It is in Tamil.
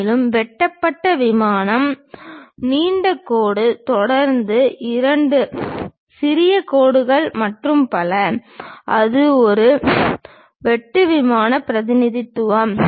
மேலும் வெட்டப்பட்ட விமானம் நீண்ட கோடு தொடர்ந்து இரண்டு சிறிய கோடுகள் மற்றும் பல அது ஒரு வெட்டு விமான பிரதிநிதித்துவம்